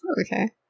Okay